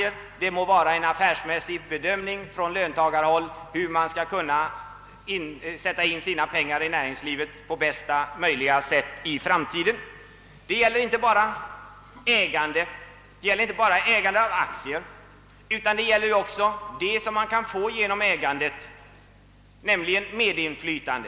Detta bör i stället grundas på en affärsmässig bedömning hur man från löntagarhåll skall sätta in sina pengar i näringslivet på bästa möjliga sätt i framtiden. Det rör sig här inte bara om ägande av aktier, utan också om det som man kan få genom ägandet, nämligen med inflytande.